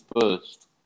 first